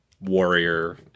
warrior